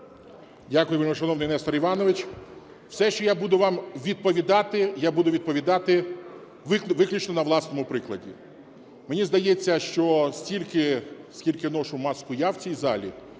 Дякую, вельмишановний Несторе Івановичу. Все, що я буду вам відповідати, я буду відповідати виключно на власному прикладі. Мені здається, що стільки скільки ношу маску я в цій залі,